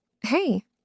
Hey